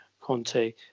Conte